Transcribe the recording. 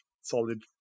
solid